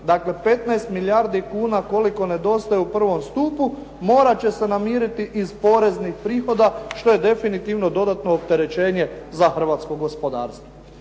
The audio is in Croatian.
Dakle, 15 milijardi kuna koliko nedostaje u prvom stupu morat će se namiriti iz poreznih prihoda što je definitivno dodatno opterećenje za hrvatsko gospodarstvo.